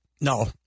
No